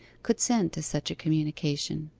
could send to such a communication.